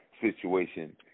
situation